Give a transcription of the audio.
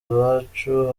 iwacu